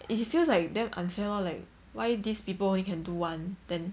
if it feels like damn unfair lor like why these people only can do one then